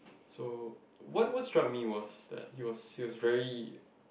so what what struck me was that he was he was very